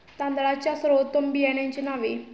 तांदळाच्या सर्वोत्तम बियाण्यांची नावे?